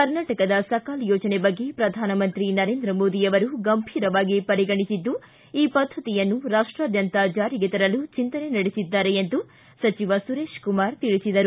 ಕರ್ನಾಟಕದ ಸಕಾಲ ಯೋಜನೆ ಬಗ್ಗೆ ಪ್ರಧಾನಮಂತ್ರಿ ನರೇಂದ್ರ ಮೋದಿ ಅವರು ಗಂಭೀರವಾಗಿ ಪರಿಗಣಿಸಿದ್ದು ಈ ಪದ್ದತಿಯನ್ನು ರಾಷ್ಟಾದ್ಯಂತ ಜಾರಿಗೆ ತರಲು ಚೆಂತನೆ ನಡೆಸಿದ್ದಾರೆ ಎಂದು ಸಚಿವ ಸುರೇಶಕುಮಾರ್ ತಿಳಿಸಿದರು